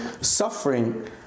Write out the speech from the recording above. suffering